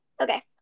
Okay